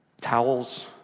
towels